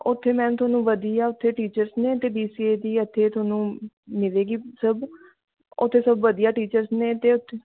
ਉੱਥੇ ਮੈਮ ਤੁਹਾਨੂੰ ਵਧੀਆ ਉੱਥੇ ਟੀਚਰਸ ਨੇ ਅਤੇ ਬੀ ਸੀ ਏ ਦੀ ਇੱਥੇ ਤੁਹਾਨੂੰ ਮਿਲੇਗੀ ਸਭ ਉੱਥੇ ਸਭ ਵਧੀਆ ਟੀਚਰਸ ਨੇ ਅਤੇ ਉੱਥੇ